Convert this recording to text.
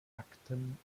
akten